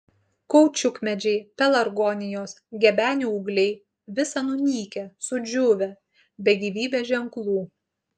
kaučiukmedžiai pelargonijos gebenių ūgliai visa nunykę sudžiūvę be gyvybės ženklų